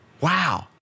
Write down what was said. wow